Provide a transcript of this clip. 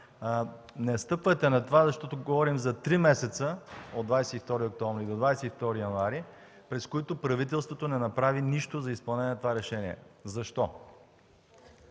не стъпвайте на това, защото говорим за три месеца – от 22 октомври до 22 януари, през които правителството не направи нищо за изпълнение на това решение? Защо?